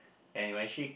and you actually